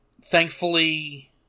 Thankfully